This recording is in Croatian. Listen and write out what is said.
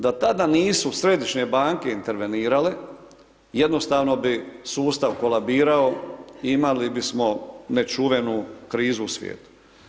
Da tada nisu Središnje banke intervenirale, jednostavno bi sustav kolabirao, imali bismo nečuvenu krizu u svijetu.